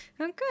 Okay